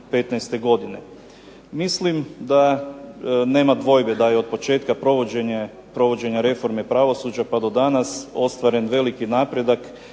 2015. godine. Mislim da nema dvojbe da je od početka provođenja reforme pravosuđa pa do danas ostvaren veliki napredak